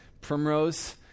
Primrose